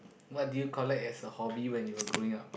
what do you collect as a hobby when you were growing up